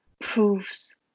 proves